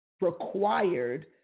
required